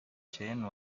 chain